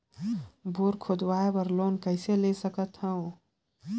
Bore खोदवाय बर loan कइसे ले सकथव?